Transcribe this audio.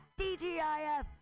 DGIF